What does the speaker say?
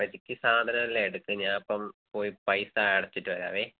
അപ്പോഴത്തേക്ക് സാധനം എല്ലാം എടുക്ക് ഞാൻ അപ്പം പോയി പൈസ അടച്ചിട്ട് വരാമേ